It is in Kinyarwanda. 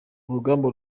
urugamba